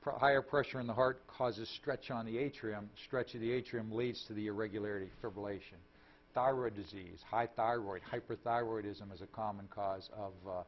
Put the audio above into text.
prior pressure in the heart causes stretch on the atrium stretch of the atrium leads to the irregularity for violation thyroid disease high thyroid hyperthyroidism is a common cause of